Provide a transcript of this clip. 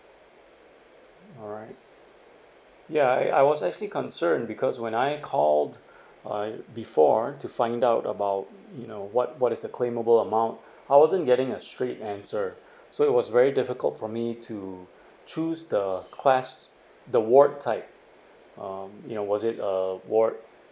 alright ya I I was actually concern because when I called I before to find out about you know what what is the claimable amount I wasn't getting a straight answer so it was very difficult for me to choose the class the ward type um you know was it uh ward